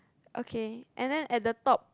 okay and then at the top